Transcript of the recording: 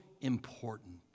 important